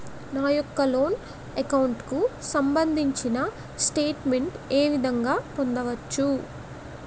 నా యెక్క loan account కు సంబందించిన స్టేట్ మెంట్ ఏ విధంగా పొందవచ్చు?